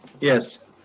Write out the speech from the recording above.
Yes